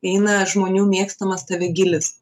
eina žmonių mėgstamas tavegilis